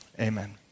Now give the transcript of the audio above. amen